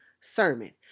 sermon